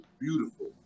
beautiful